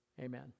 Amen